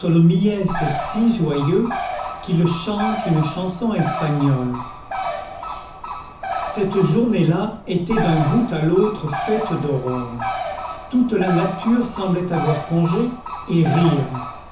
si joyeux qu'il chante une chanson espagnole cette journée là était d'un bout à l'autre faite d'aurore toute la nature semblait avoir congé et rire